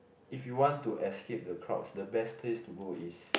if you want to escape the crowds the best place to go is